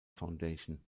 foundation